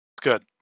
Good